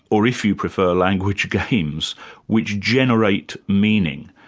or if you prefer, language gains which generate meaning,